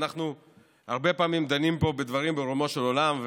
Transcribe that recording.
אנחנו הרבה פעמים דנים פה בדברים ברומו של עולם,